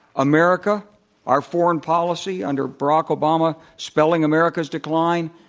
america our foreign policy under barack obama spelling america's decline?